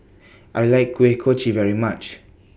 I like Kuih Kochi very much